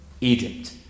Egypt